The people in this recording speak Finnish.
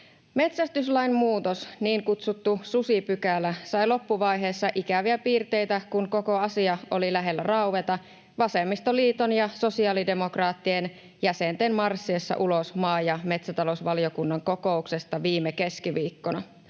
Metsästyslain muutos, niin kutsuttu susipykälä, sai loppuvaiheessa ikäviä piirteitä, kun koko asia oli lähellä raueta vasemmistoliiton ja sosiaalidemokraattien jäsenten marssiessa ulos maa- ja metsätalousvaliokunnan kokouksesta viime keskiviikkona.